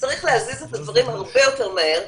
צריך להזיז את הדברים הרבה יותר מהר,